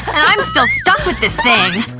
and i'm still stuck with this thing.